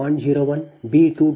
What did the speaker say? B 11 0